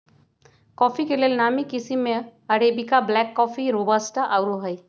coffee के लेल नामी किशिम में अरेबिका, ब्लैक कॉफ़ी, रोबस्टा आउरो हइ